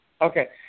Okay